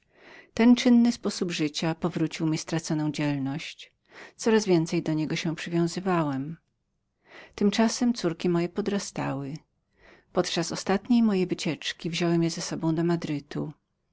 ten czynny sposób życia powrócił mi straconą działalność coraz więcej do niego się przywiązywałem tymczasem córki moje podrastały za ostatnią moją wycieczką wziąłem je z sobą do